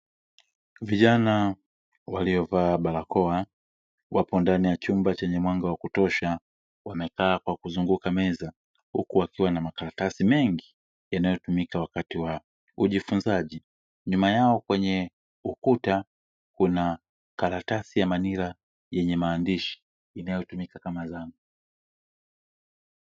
Vijana waliovaa barakoa wapo ndani ya chumba chenye mwanga wa kutosha wamekaa kwa kuzunguka meza huku akiwa na makaratasi mengi yanayotumika wakati wa ujifunzaji nyuma yao kwenye ukuta kuna karatasi ya manila yenye maandishi inayotumika kama zana.